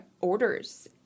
orders